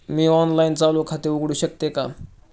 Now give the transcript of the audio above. मी online चालू खाते उघडू शकते का?